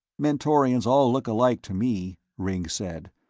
mentorians all look alike to me, ringg said,